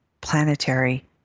planetary